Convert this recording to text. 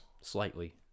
Slightly